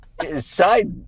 Side